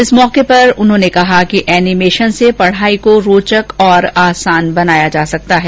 इस अवसर पर उन्होंने कहा कि ऐनीमेशन से पढाई को रोचक और आसान बनाया जा सकता है